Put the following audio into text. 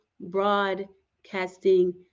broadcasting